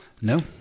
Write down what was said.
no